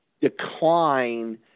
decline